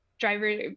driver